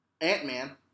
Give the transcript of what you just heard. Ant-Man